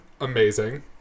amazing